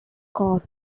core